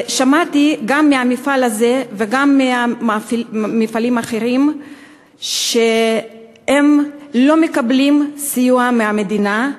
שמעתי גם מהמפעל הזה וגם ממפעלים אחרים שהם לא מקבלים סיוע מהמדינה,